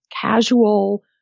casual